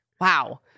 wow